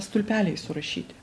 stulpeliais surašyti